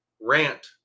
rant